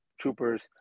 troopers